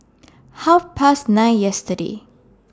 Half Past nine yesterday